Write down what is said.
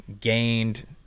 gained